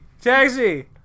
Taxi